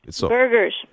Burgers